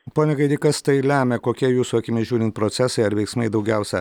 pone gaidy kas tai lemia kokie jūsų akimis žiūrint procesai ar veiksmai daugiausia